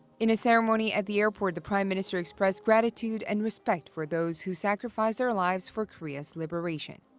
in a ceremony at the airport, the prime minister expressed gratitude and respect for those who sacrificed their lives for korea's liberation.